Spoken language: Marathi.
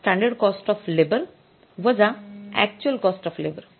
standard cost of labour actual cost of labour